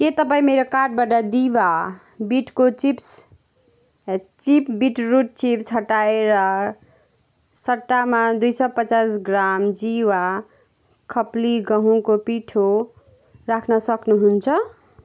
के तपाईँ मेरो कार्टबाट दिभा बिटको chips chip bit root chips हटाएर सट्टामा दुई सौ पचास ग्राम जिवा खपली गहुँको पिठो राख्न सक्नुहुन्छ